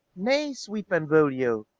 nay, sweet benvolio,